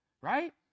Right